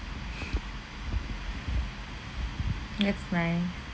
that's fine